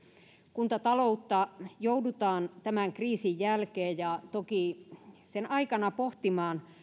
kuntataloutta joudutaan tämän kriisin jälkeen ja toki sen aikana pohtimaan